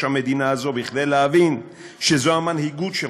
המדינה הזאת כדי להבין שזו המנהיגות שלך,